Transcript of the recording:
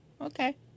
Okay